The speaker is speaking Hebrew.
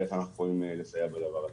איך אנחנו יכולים לסייע בדבר הזה.